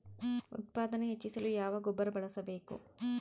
ಉತ್ಪಾದನೆ ಹೆಚ್ಚಿಸಲು ಯಾವ ಗೊಬ್ಬರ ಬಳಸಬೇಕು?